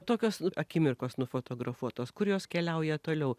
tokios akimirkos nufotografuotos kur jos keliauja toliau